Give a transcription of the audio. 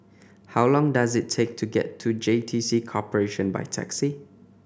how long does it take to get to J T C Corporation by taxi